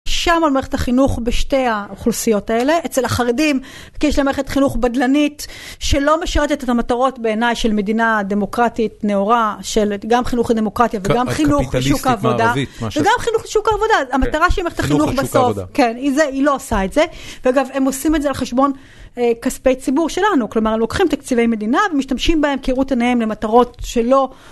שם על מערכת החינוך בשתי האוכלוסיות האלה. אצל החרדים, כי יש להם מערכת חינוך בדלנית, שלא משרתת את המטרות בעיניי של מדינה דמוקרטית נאורה, של גם חינוך לדמוקרטיה וגם חינוך לשוק עבודה. וגם חינוך לשוק עבודה. המטרה של מערכת החינוך בסוף, היא לא עשה את זה. ואגב, הם עושים את זה על חשבון כספי ציבור שלנו. כלומר, הם לוקחים את תקציבי מדינה ומשתמשים בהם כראות עיניים למטרות שלא...